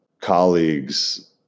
colleagues